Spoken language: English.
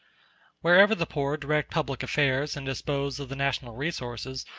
wherever the poor direct public affairs and dispose of the national resources,